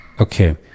okay